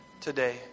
today